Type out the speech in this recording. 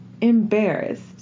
embarrassed